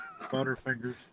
Butterfingers